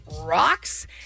rocks